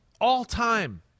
All-time